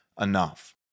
enough